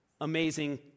amazing